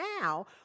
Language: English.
now